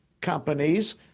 companies